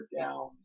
down